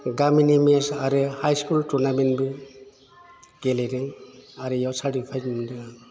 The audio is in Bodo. गामिनि मेस आरो हाइ स्कुल टुरनामेन्टबो गेलेदों आरो इयाव सार्टिफाइट मोन्दों आं